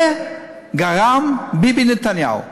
לזה גרם ביבי נתניהו,